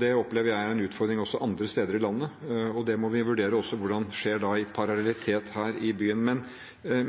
Det opplever jeg er en utfordring også andre steder i landet, og det må vi vurdere hvordan skjer i parallellitet her i byen.